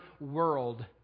world